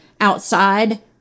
outside